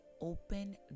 open